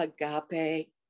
agape